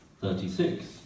Thirty-six